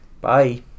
Bye